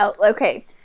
Okay